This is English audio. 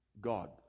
God